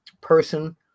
person